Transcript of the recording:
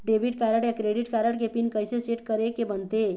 Debit card या credit card के PIN कइसे सेट करे के बनते?